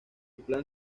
plan